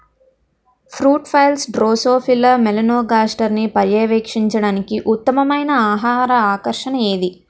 Fruit flies drosophila మెలనోగాస్టర్ని పర్యవేక్షించడానికి ఉత్తమమైన ఆహార ఆకర్షణ ఏది?